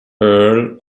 earl